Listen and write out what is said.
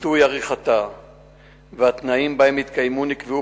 עיתוי עריכתה והתנאים שבהם התקיימה נקבעו